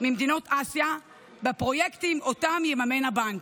ממדינות אסיה בפרויקטים שיממן הבנק.